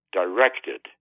directed